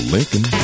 Lincoln